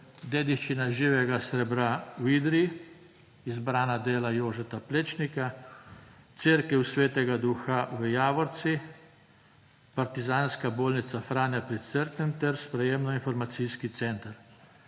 dediščina živega srebra v Idriji, izbrana dela Jožeta Plečnika, cerkev Sv. Duha v Javorci, Partizanska bolnica Franja pri Cerknem ter sprejemno-informacijski center.